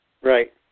Right